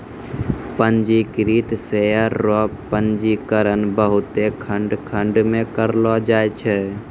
पंजीकृत शेयर रो पंजीकरण बहुते खंड खंड मे करलो जाय छै